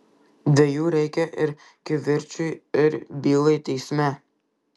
dviejų reikia ir kivirčui ir bylai teisme